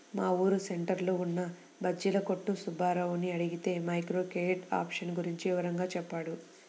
మా ఊరు సెంటర్లో ఉన్న బజ్జీల కొట్టు సుబ్బారావుని అడిగితే మైక్రో క్రెడిట్ ఆప్షన్ గురించి వివరంగా చెప్పాడు